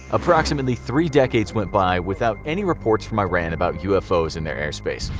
approximately three decades went by without any reports from iran about ufos in their airspace.